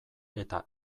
eta